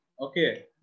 okay